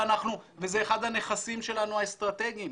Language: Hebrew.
וזה אחד הנכסים האסטרטגיים שלנו.